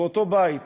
באותו בית.